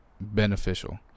beneficial